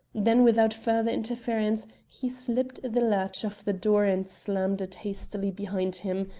then, without further interference, he slipped the latch of the door and slammed it hastily behind him,